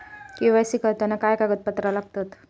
KYC करताना काय कागदपत्रा लागतत?